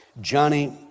Johnny